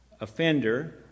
offender